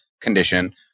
condition